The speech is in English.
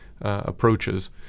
approaches